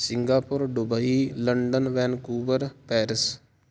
Singapore Dubai London Vancouver Paris